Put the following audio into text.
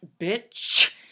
bitch